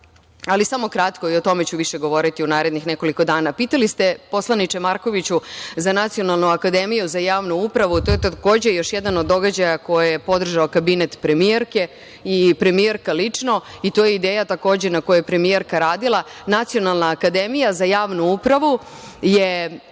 ali samo kratko i o tome ću više govoriti u narednih nekoliko dana. Pitali ste, poslaniče Markoviću, za Nacionalnu akademiju za javnu upravu. To je takođe još jedan od događaja koje je podržao kabinet premijerke i premijerka lično i to je ideja takođe na kojoj je premijerka radila. Nacionalna akademija za javnu upravu je